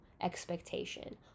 expectation